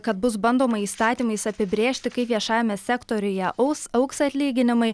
kad bus bandoma įstatymais apibrėžti kaip viešajame sektoriuje aus augs atlyginimai